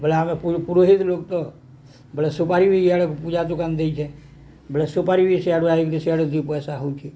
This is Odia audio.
ବୋଇଲେ ଆମେ ପୁରହିତ ଲୋକ ତ ବେଲେ ସୁପାରି ବି ଇଆଡ଼େ ପୂଜା ଦୁକାନ ଦେଇଛେ ବେଲେ ସୁପାରି ବି ସିଆଡ଼ୁ ସିଆଡ଼େ ଦୁଇ ପଇସା ହେଉଛି